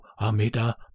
Amida